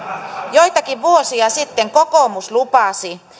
joitakin vuosia sitten kokoomus lupasi